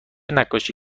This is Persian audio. نقاشی